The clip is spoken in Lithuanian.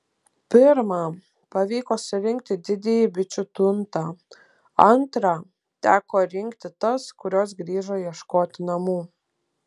pirmą pavyko surinkti didįjį bičių tuntą antrą teko rinkti tas kurios grįžo ieškoti namų